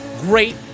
Great